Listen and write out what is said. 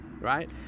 right